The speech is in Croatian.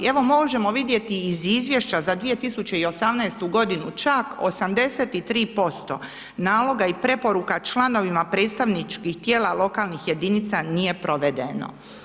Evo možemo vidjeti iz izvješća za 2018. g. čak 83% naloga i preporuka članovima predstavničkih tijela lokalnih jedinica nije provedeno.